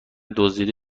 دزدیده